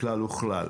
כלל וכלל.